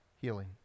healing